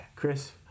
Chris